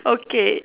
okay